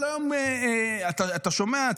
כל היום אתה שומע,